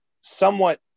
somewhat